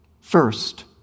First